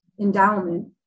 endowment